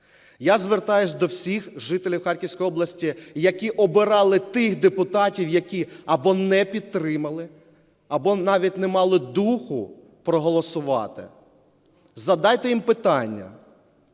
Я звертаюся до всіх жителів Харківської області, які обирали тих депутатів, які або не підтримали, або навіть не мали духу проголосувати. Задайте їм питання,